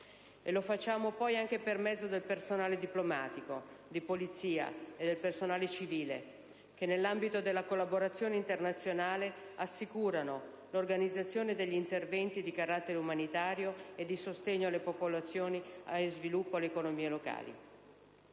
Lo facciamo poi anche per mezzo del personale diplomatico, di polizia e civile che, nell'ambito della collaborazione internazionale, assicura l'organizzazione degli interventi di carattere umanitario e di sostegno alle popolazioni e allo sviluppo delle economie locali.